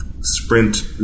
Sprint